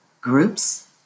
groups